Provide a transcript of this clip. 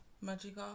magic